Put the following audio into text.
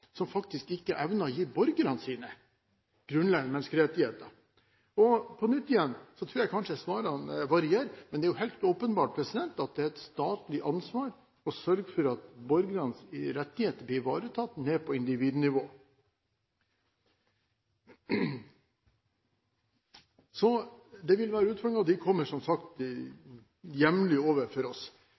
som faktisk ikke evner å gi borgerne sine grunnleggende menneskerettigheter? Jeg tror kanskje svarene varierer, men det er helt åpenbart at det er et statlig ansvar å sørge for at borgernes rettigheter blir ivaretatt ned på individnivå. Så det vil være ufordringer, og de kommer, som sagt, jevnlig.